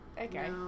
Okay